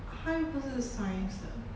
他又不是 science 的